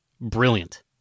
brilliant